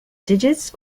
digits